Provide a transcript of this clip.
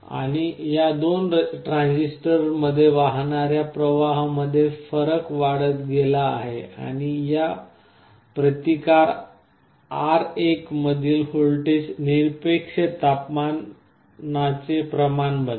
आणि या दोन ट्रांजिस्टरमध्ये वाहणाऱ्या प्रवाहांमध्ये फरक वाढवला गेला आहे आणि या प्रतिकार R1 मधील व्होल्टेज निरपेक्ष तपमानाचे प्रमाण बनते